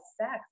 sex